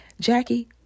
jackie